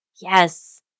Yes